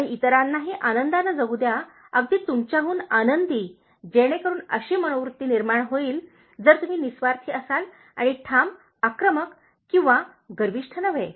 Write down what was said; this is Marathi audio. आणि इतरांनाही आनंदाने जगू द्या अगदी तुमच्याहून आनंदी जेणेकरून अशी मनोवृत्ती निर्माण होईल जर तुम्ही निस्वार्थी असाल आणि ठाम आक्रमक किंवा गर्विष्ठ नव्हे